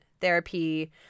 therapy